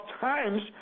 times